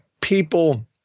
people –